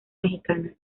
mexicana